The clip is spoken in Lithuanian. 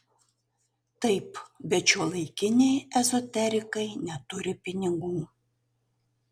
taip bet šiuolaikiniai ezoterikai neturi pinigų